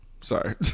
Sorry